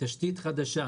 תשתית חדשה,